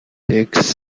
takes